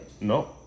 No